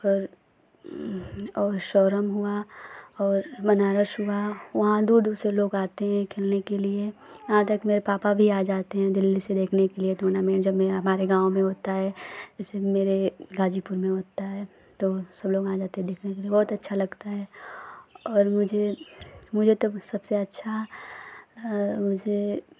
और शौरन हुआ और बनारस हुआ वहाँ दूर दूर से लोग आते हैं खेलने के लिए यहाँ तक मेरे पापा भी आ जाते हैं दिल्ली से देखने के लिए टूर्नामेंट जब भी हमारे गाँव में होता है जैसे मेरे गाजीपुर में होता है तो सब लोग आ जाते हैं देखने के लिए बहुत अच्छा लगता है और मुझे तो सबसे अच्छा मुझे